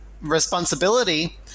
responsibility